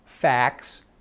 Facts